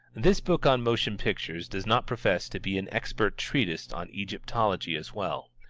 this book on motion pictures does not profess to be an expert treatise on egyptology as well.